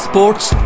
Sports